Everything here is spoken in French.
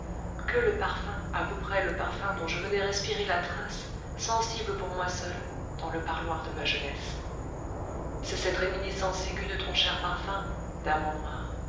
que le parfum à peu près le parfum dont je venais respirer la trace sensible pour moi seul dans le parloir de ma jeunesse c'est cette réminiscence aiguë de ton cher parfum dame